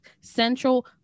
central